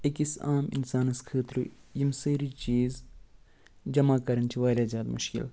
أکِس عام اِنسانس خٲطرٕ یِم سٲری چیٖز جمع کَرٕنۍ چھِ وارِیاہ زیادٕ مُشکِل